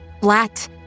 flat